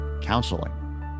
counseling